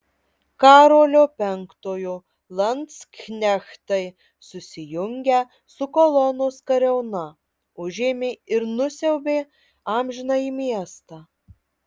karolio penktojo landsknechtai susijungę su kolonos kariauna užėmė ir nusiaubė amžinąjį miestą